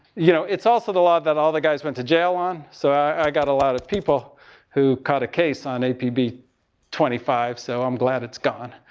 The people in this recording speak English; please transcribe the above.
you know, it's also the law that all the guys went to jail on. so i got a lot of people who cut a case on apb twenty five. so i'm glad it's gone.